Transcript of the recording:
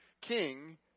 king